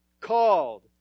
called